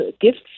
gifts